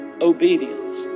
obedience